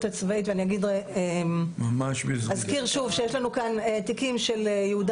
הצבאית ואני אגיד ואזכיר שוב שיש לנו כאן תיקים של יהודה